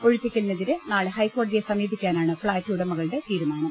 ഒഴിപ്പിക്കലിനെതിരെ നാളെ ഹൈക്കോ ടതിയെ സമീപിക്കാനാണ് ഫ്ളാറ്റ് ഉടമകളുടെ തീരുമാനം